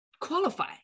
qualify